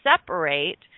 separate